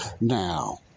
Now